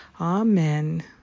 amen